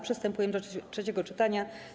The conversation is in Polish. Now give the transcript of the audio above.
Przystępujemy do trzeciego czytania.